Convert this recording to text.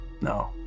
No